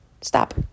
stop